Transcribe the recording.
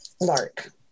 Lark